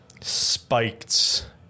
spiked